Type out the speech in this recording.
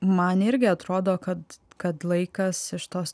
man irgi atrodo kad kad laikas iš tos